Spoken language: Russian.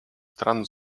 стран